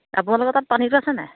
আপোনালোকৰ তাত পানীটো আছে নাই